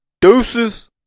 Deuces